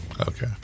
Okay